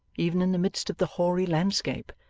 even in the midst of the hoary landscape.